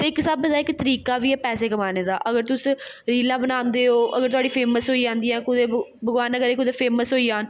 ते इक स्हाबै दा इक तरीका बी ऐ पैसे कमाने दा अगर तुस रीलां बनांदे ओ अगर तोआढ़ी फेमस होई जंदियां कु कुदै भगवान ना करै कुदै फेमस होई जान